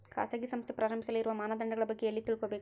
ಖಾಸಗಿ ಸಂಸ್ಥೆ ಪ್ರಾರಂಭಿಸಲು ಇರುವ ಮಾನದಂಡಗಳ ಬಗ್ಗೆ ಎಲ್ಲಿ ತಿಳ್ಕೊಬೇಕು?